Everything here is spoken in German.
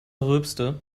rülpste